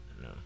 No